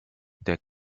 der